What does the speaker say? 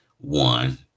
one